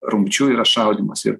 rungčių yra šaudymas ir